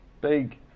big